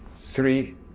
three